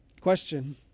Question